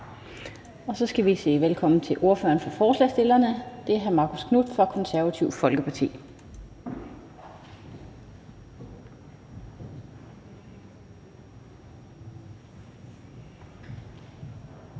Så skal vi sige velkommen til ordføreren for forslagsstillerne. Det er hr. Marcus Knuth fra Det Konservative Folkeparti.